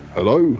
Hello